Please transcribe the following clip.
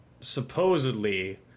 supposedly